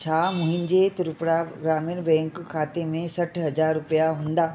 छा मुहिंजे त्रिपुरा ग्रामीण बैंक खाते में सठि हज़ार रुपया हूंदा